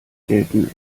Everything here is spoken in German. gelten